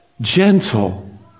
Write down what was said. Gentle